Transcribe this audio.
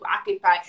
occupy